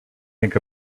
think